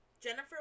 Jennifer